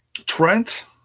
trent